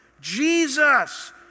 Jesus